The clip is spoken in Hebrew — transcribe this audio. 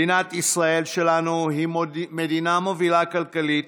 מדינת ישראל שלנו היא מדינה מובילה כלכלית,